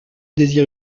désire